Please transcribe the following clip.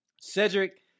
Cedric